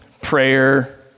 prayer